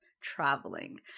traveling